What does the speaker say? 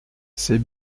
c’est